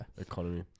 economy